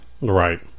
right